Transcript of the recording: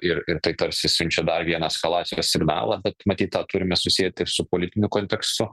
ir ir tai tarsi siunčia dar vieną eskalacijos signalą bet matyt tą turime susiet ir su politiniu kontekstu